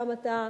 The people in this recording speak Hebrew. גם אתה,